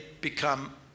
become